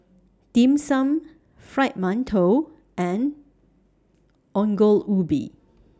Dim Sum Fried mantou and Ongol Ubi